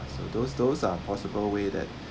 so those those are possible way that